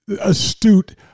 astute